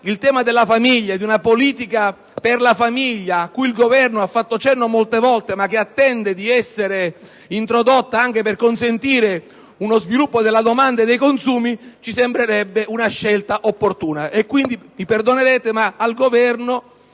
il tema di una politica per la famiglia - cui il Governo ha fatto cenno molte volte, ma che attende di essere introdotto anche per consentire uno sviluppo della domanda, dei consumi - ci sembrerebbe una scelta opportuna. Mi perdonerete, quindi,